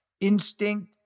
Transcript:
instinct